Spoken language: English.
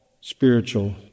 spiritual